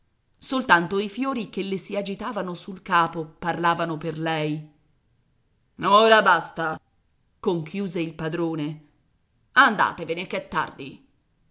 soltanto i fiori che le si agitavano sul capo parlavano per lei ora basta conchiuse il padrone andatevene ch'è tardi